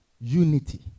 unity